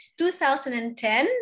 2010